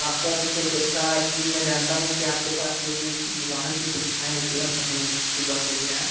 हाँ सर तो जैसा कि मैं जानता हूँ कि आपके पास जो भी कि वाहन की सुविधाएँ उपलब्ध हैं जैसे कि बस हो गया